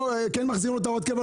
כן מחזירים הוראת קבע,